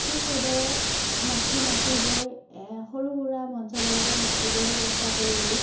ঠিক সেইদৰে নাচি নাচি গৈ সৰু সুৰা মঞ্চবিলাকত নাচিবলৈ চেষ্টা কৰিলোঁ